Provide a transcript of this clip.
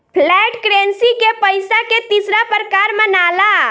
flat currency के पइसा के तीसरा प्रकार मनाला